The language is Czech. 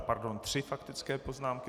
Pardon, tři faktické poznámky.